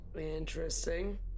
Interesting